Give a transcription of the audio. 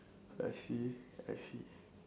I see I see